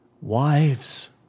Wives